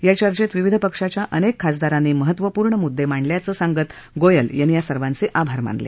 या चर्चेत विविध पक्षाच्या अनेक खासदारांनी महत्त्वपूर्ण मुद्दे मांडल्याचं सांगत गोयल यांनी या सर्वांचे आभार मानले